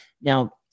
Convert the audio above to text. Now